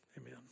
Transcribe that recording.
amen